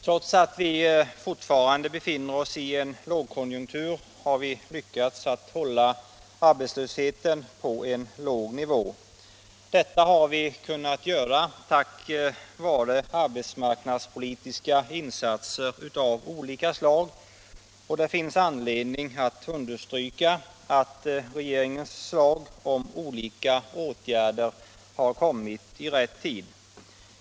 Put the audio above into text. Trots att vi fortfarande befinner oss i en lågkonjunktur har vi lyckats hålla arbetslösheten på en låg nivå. Detta har vi kunnat göra tack vare arbetsmarknadspolitiska insatser av olika slag. Det finns anledning att understryka att regeringens förslag om olika åtgärder har kommit i rätt tid.